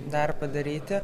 dar padaryti